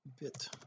Bit